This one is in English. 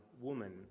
woman